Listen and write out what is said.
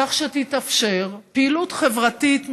כך שתתאפשר פעילות חברתית,